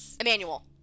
Emmanuel